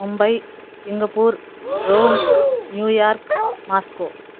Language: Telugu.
Mumbai Singapore Rome New York Moscow